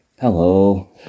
Hello